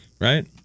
right